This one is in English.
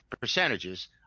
percentages